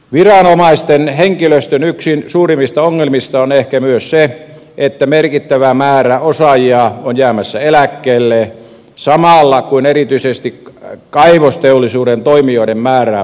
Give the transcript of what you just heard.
viranomaisten henkilöstön yksi suurimmista ongelmista on ehkä myös se että merkittävä määrä osaajia on jäämässä eläkkeelle samalla kun erityisesti kaivosteollisuuden toimijoiden määrä on kasvussa